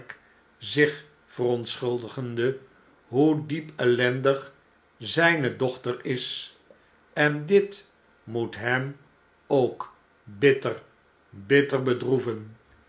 zich verontscbuldigende hoe diep ellendig zijne dochter is en diwnoet hem ook bitter bitter bedroeven